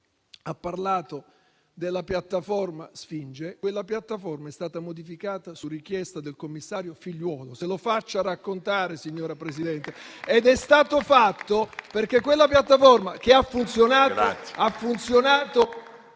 ha parlato della piattaforma Sfinge. Quella piattaforma è stata modificata su richiesta del commissario Figliuolo - se lo faccia raccontare, signora Presidente ed è stato fatto perché quella piattaforma, che ha funzionato consentendo